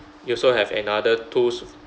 you also have another tools